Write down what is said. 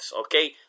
okay